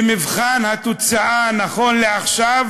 ומבחן התוצאה נכון לעכשיו